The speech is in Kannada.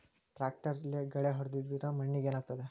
ಟ್ರಾಕ್ಟರ್ಲೆ ಗಳೆ ಹೊಡೆದಿದ್ದರಿಂದ ಮಣ್ಣಿಗೆ ಏನಾಗುತ್ತದೆ?